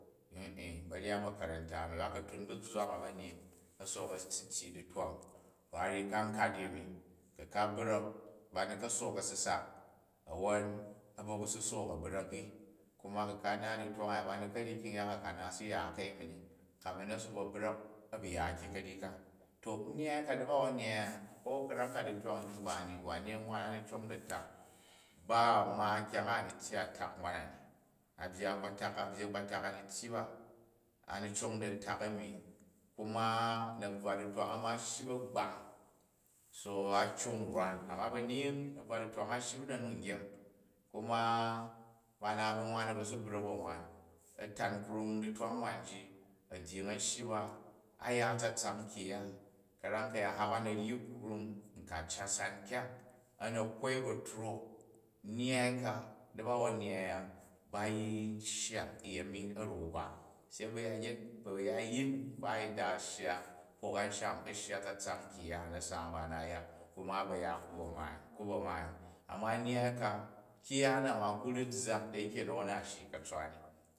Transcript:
banyat ma̱ka̱ranta a̱mi, ka tu bu zzwa ma ba̱nyying a̱ sook a si tyyi u̱ ditwang, to a ryi ka nkat yeni. Ku̱ ka bra̱k ba ni ka̱ sook a si sak awwon a̱ bvo bu si sook abra̱k i, kuma ku̱ ka naat ditwang aya ba ni ka̱ ryi kyang-ya a ka naat a̱ si ya ka̱yemi ni kamin a̱ si bro bra̱k a̱bu ya ki kanyi ka. To ni a hywa, da̱bawon nyyai a a̱u ka̱ram ka ditwang ti n ba ni wane nwan a ni cong di a̱tak, ba ma kyang a, a ni tyyi a tak nwan na ni a byyi akpatak, a̱byyi a̱kpatak a ni tyyi ba, a̱ ni cong di a̱tak ami. Kuma na̱bhwa ditwang a, ma, a̱ shyi ba̱gbang so a cong u rwan. Amma ba̱nyging na̱bvwan-ditwang a a̱ bu u̱ na̱nu-gyeng, kuma ba naat ba̱ nwan, a̱ bvo bi brak ba̱ nwan, a̱ tana krum ditwang nwan ji, a̱dgying a̱n shyi ba, a ya a̱tsatsak kyang-ya ka̱ram ka̱yaan har ba na̱ ryi krum ku̱ a cat san kyang, a̱ na̱ kwoi ba̱tro nyyai ka da̱bawon nnyyai ya, ba yi shya uyemi a̱ra̱u ba, se bayanyet bu ayayin mba a̱ yin da shya hok amsham a̱ shya a̱tsatsak kyang-ya u̱ na̱sa mba na a̱ya, kuma a̱ ba̱ ya kuba̱ maai. Anuna nyyai ka, kyang ya na ma, ku rai zzakl da̱ yi ke na̱won na a shii ka̱tswa ni